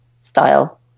style